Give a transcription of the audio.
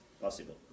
possible